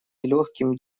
нелегким